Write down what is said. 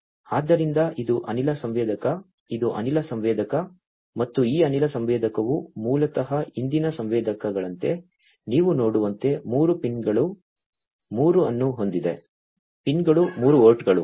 ಆದ್ದರಿಂದ ಇದು ಅನಿಲ ಸಂವೇದಕ ಇದು ಅನಿಲ ಸಂವೇದಕ ಮತ್ತು ಈ ಅನಿಲ ಸಂವೇದಕವು ಮೂಲತಃ ಹಿಂದಿನ ಸಂವೇದಕಗಳಂತೆ ನೀವು ನೋಡುವಂತೆ 3 ಪಿನ್ಗಳು 3 ಅನ್ನು ಹೊಂದಿದೆ ಪಿನ್ಗಳು 3 ಪೋರ್ಟ್ಗಳು